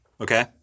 Okay